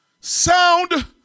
sound